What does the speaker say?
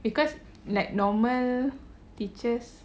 because like normal teachers